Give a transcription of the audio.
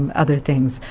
um other things.